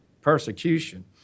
persecution